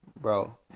bro